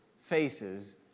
faces